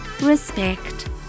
respect